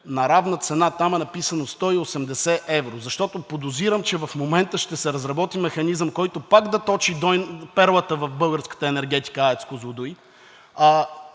на равна цена. Там е написано – 180 евро. Защото подозирам, че в момента ще се разработи механизъм, който пак да точи перлата в българската енергетика – АЕЦ